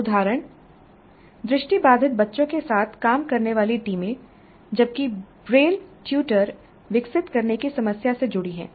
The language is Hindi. उदाहरण दृष्टिबाधित बच्चों के साथ काम करने वाली टीमें जबकि ब्रेल ट्यूटर विकसित करने की समस्या से जुड़ी हैं